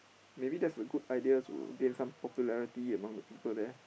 maybe that's a good idea to gain some popularity among the people there